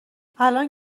الان